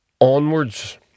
Onwards